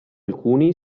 alcuni